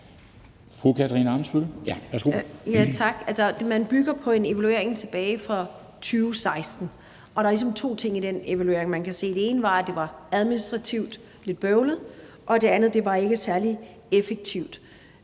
man bygger på en evaluering tilbage fra 2016, og der var ligesom to ting i den evaluering, man kunne se. Det ene var, at det administrativt var lidt bøvlet, og det andet var, at det ikke var særlig effektivt.